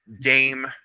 Dame